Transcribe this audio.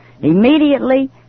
Immediately